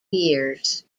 years